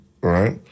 Right